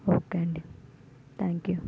okay అండి thank you